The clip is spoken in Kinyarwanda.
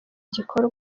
gikorwa